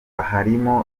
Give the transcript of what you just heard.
harimo